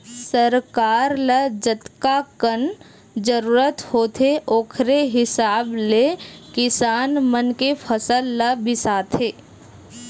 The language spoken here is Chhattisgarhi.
सरकार ल जतकाकन जरूरत होथे ओखरे हिसाब ले किसान मन के फसल ल बिसाथे